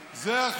זה מימוש הריבונות,